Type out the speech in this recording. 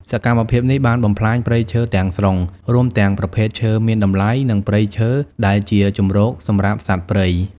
សកម្មភាពនេះបានបំផ្លាញព្រៃឈើទាំងស្រុង រួមទាំងប្រភេទឈើមានតម្លៃ និងព្រៃឈើដែលជាជម្រកសម្រាប់សត្វព្រៃ។